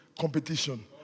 competition